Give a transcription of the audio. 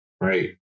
Right